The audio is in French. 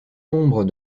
nombre